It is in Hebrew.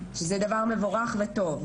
שזה דבר מבורך וטוב.